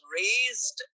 raised